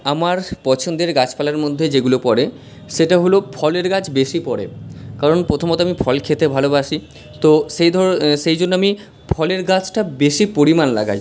আমার পছন্দের গাছপালার মধ্যে যেগুলো পড়ে সেটা হলো ফলের গাছ বেশি পড়ে কারণ প্রথমত আমি ফল খেতে ভালোবাসি তো সেই সেই জন্য আমি ফলের গাছটা বেশি পরিমাণ লাগাই